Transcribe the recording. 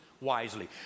wisely